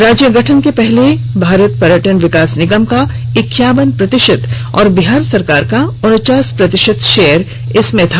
राज्य गठन के पहले भारत पर्यटन विकास निगम का इक्यावन प्रतिशत और बिहार सरकार का उनचास प्रतिशत शेयर इसमें था